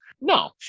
No